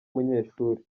umunyeshuri